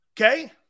Okay